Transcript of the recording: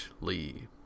Lee